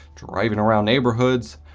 driving around neighborhoods.